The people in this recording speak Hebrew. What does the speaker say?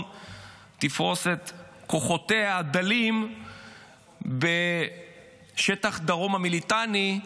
תפרוס את כוחותיה הדלים בשטח דרומה מהליטני.